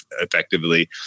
effectively